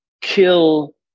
kill